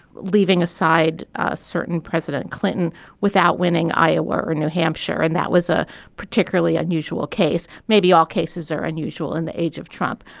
leaving aside a certain president clinton without winning iowa or new hampshire and that was a particularly unusual case maybe all cases are unusual in the age of trump.